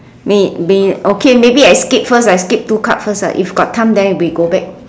may may okay maybe I skip first ah I skip two cards first if got time then we go back